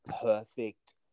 perfect